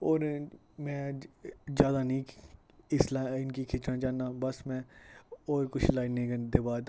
होर में जादा निं इसलै में खिच्चना चाह्नां बस में ओह् पुच्छनै दे बाद